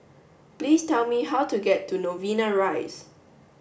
please tell me how to get to Novena Rise